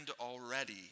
already